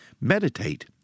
Meditate